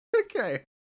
Okay